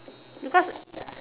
because